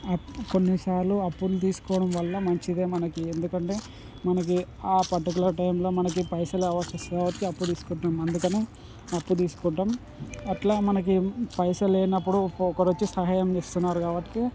కొన్నిసార్లు అప్పులు తీసుకోవడం వల్ల మంచిదే మనకి ఎందుకంటే మనకి ఆ పర్టిక్యులర్ టైంలో మనకి పైసలు కావాల్సి వస్తుంది కాబట్టి అప్పు తీసుకుంటాము అందుకనే అప్పు తీసుకుంటాము అట్లా మనకి పైసలు లేనప్పుడు ఒకొక్కరు వచ్చి సహాయం చేస్తున్నారు కాబట్టి